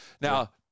Now